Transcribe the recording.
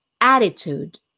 attitude